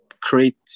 create